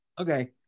okay